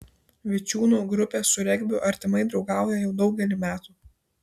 vičiūnų grupė su regbiu artimai draugauja jau daugelį metų